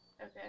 Okay